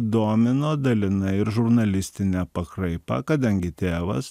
domino dalinai ir žurnalistinė pakraipa kadangi tėvas